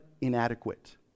inadequate